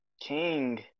King